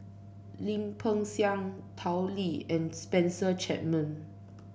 Lim Peng Siang Tao Li and Spencer Chapman